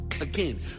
Again